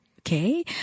Okay